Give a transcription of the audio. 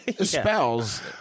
spells